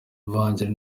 ivanjiri